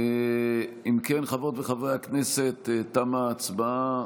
אם כן, חברות וחברי הכנסת, תמה ההצבעה.